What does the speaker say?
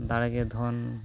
ᱫᱟᱲᱮᱜᱮ ᱫᱷᱚᱱ